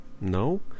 No